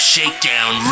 Shakedown